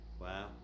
Wow